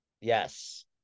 Yes